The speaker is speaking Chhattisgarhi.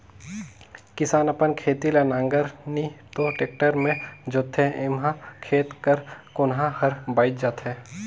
किसान अपन खेत ल नांगर नी तो टेक्टर मे जोतथे एम्हा खेत कर कोनहा हर बाएच जाथे